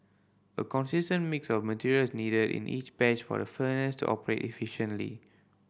a consistent mix of material is needed in each batch for the furnace to operate efficiently